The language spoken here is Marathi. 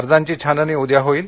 अर्जाची छाननी उद्या होईल